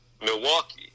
Milwaukee